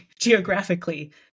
geographically